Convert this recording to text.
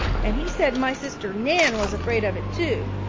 and he said my sister nan was afraid of it, too.